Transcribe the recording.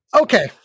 okay